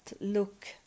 look